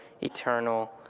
eternal